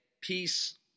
peace